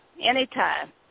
anytime